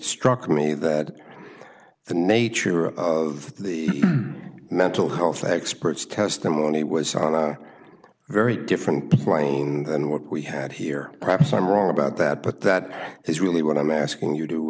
struck me that the nature of the mental health experts testimony was very different plane than what we had here perhaps i'm wrong about that but that is really what i'm asking you to